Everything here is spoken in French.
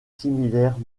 similaires